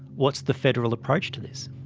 what's the federal approach to this?